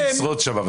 לנו אין משרות שם.